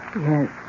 Yes